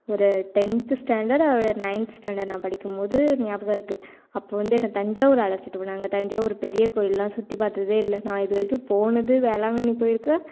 ஒரு tenth standard ninth standard நான் படிக்கும் போது ஞயாபகம் இருக்கு அப்போ வந்து என்ன தஞ்சாவூர் அழச்சிட்டு போனாங்க தஞ்சாவூர் பெரிய கோயில் எல்லாம் சுற்றி பார்த்ததே இல்லை நான் இது வரைக்கும் போனது வேளாங்கண்ணி போயிருக்கேன்